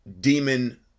demon